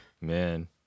man